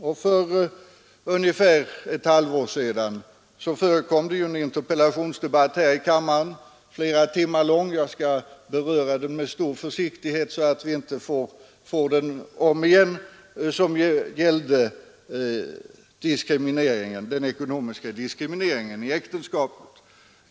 Och för ungefär ett halvår sedan förekom det ju en interpellationsdebatt här i kammaren — den var flera timmar lång, och jag skall beröra den med stor försiktighet, så att den inte kommer att föras om igen — om den ekonomiska diskrimineringen av äktenskapet.